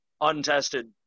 untested –